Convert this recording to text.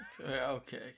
Okay